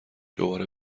دوباره